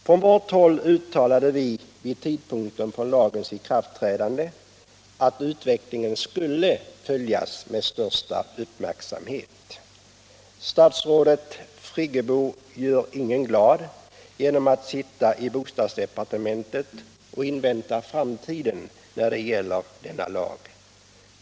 Från vårt håll uttalade vi vid tidpunkten för lagens ikraftträdande att utvecklingen skulle följas med största uppmärksamhet. Statsrådet Friggebo gör ingen glad genom att sitta i bostadsdepartementet och invänta framtiden när det gäller denna lag.